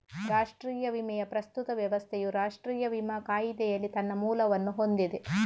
ರಾಷ್ಟ್ರೀಯ ವಿಮೆಯ ಪ್ರಸ್ತುತ ವ್ಯವಸ್ಥೆಯು ರಾಷ್ಟ್ರೀಯ ವಿಮಾ ಕಾಯಿದೆಯಲ್ಲಿ ತನ್ನ ಮೂಲವನ್ನು ಹೊಂದಿದೆ